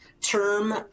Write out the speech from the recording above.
term